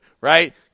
Right